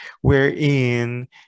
wherein